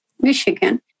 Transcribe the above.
Michigan